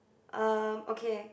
um okay